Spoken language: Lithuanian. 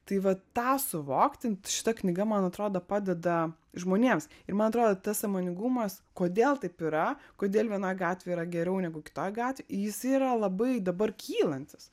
tai vat tą suvokti šita knyga man atrodo padeda žmonėms ir man atrodo tas sąmoningumas kodėl taip yra kodėl vienoj gatvėj yra geriau negu kitoj gatvėj jis yra labai dabar kylantis